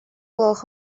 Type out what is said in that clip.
gloch